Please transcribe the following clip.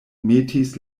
metis